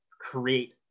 create